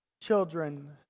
children